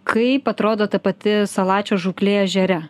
kaip atrodo ta pati salačio žūklė ežere